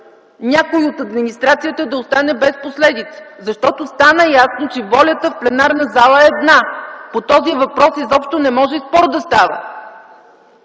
някой от администрацията да остане без последици, защото стана ясно, че волята в пленарната зала е една. По този въпрос не може изобщо да става